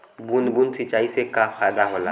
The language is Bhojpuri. बूंद बूंद सिंचाई से का फायदा होला?